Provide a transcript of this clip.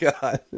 God